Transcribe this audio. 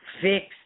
Fix